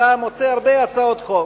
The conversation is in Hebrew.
אתה מוצא הרבה הצעות חוק